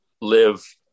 live